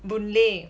boon lay